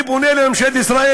אני קורא לממשלת ישראל